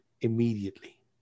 immediately